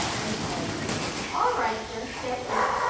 then he said all right, sir. yes, sir.